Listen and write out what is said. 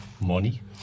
money